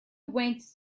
went